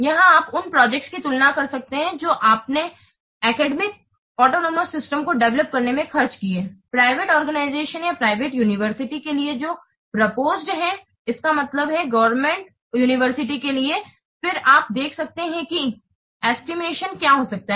यहाँ आप उन प्रोजेक्ट्स की तुलना कर सकते हैं जो आपने अकादमिक ऑटोनोमस सिस्टम को डेवेलोप करने में खर्च की हैं प्राइवेट आर्गेनाइजेशन या प्राइवेट यूनिवर्सिटी के लिए जो प्रोपोसड है इसका मतलब है गवर्नमेंट उनिवेर्सित्य government university के लिए फिर आप देख सकते हैं कि एस्टिमेशन क्या हो सकता है